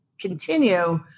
continue